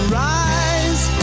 rise